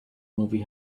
movie